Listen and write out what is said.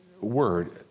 word